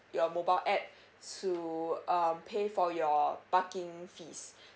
your mobile app to um pay for your parking fees